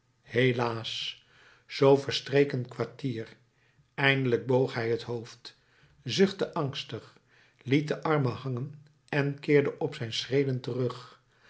helaas zoo verstreek een kwartier eindelijk boog hij het hoofd zuchtte angstig liet de armen hangen en keerde op zijn schreden terug